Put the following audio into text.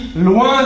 loin